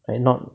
I mean